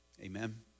Amen